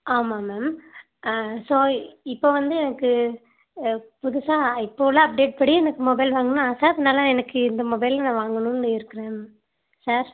ஆமாம் ma'am so இப்போ வந்து எனக்கு புதுசாக இப்போ உள்ள அப்டேட் படி எனக்கு மொபைல் வாங்கணுன்னு ஆசை அதனால் எனக்கு இந்த மொபைல் நான் வாங்கணும்னு இருக்கிறேன் சார்